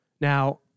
Now